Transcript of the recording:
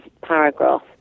paragraph